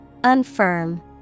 Unfirm